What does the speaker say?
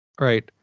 right